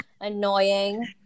Annoying